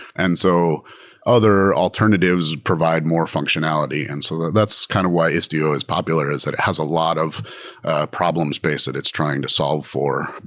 and so other alternatives provide more functionality. and so that's kind of why istio is popular, is that it has a lot of problem space that it's trying to solve for.